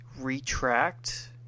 retract